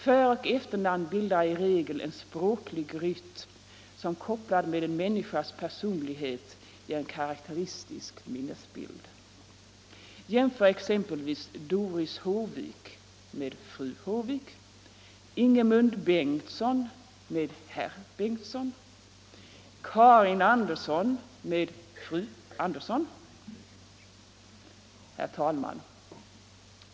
Föroch efternamn bildar i regel en språklig rytm som kopplad med en människas personlighet ger en karakteristisk min Bengtsson med herr Bengtsson, Karin Andersson med fröken Andersson. Herr talman!